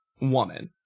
woman